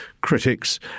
critics